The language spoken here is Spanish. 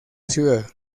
ciudad